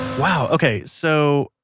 wow ok so,